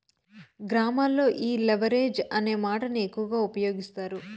గ్రామాల్లో ఈ లెవరేజ్ అనే మాటను ఎక్కువ ఉపయోగిస్తారు